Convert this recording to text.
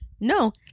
No